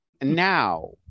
now